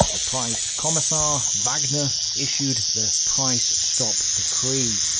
the price commissar wagner issued the price stop decree,